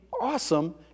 awesome